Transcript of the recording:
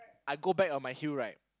I go back on my heel right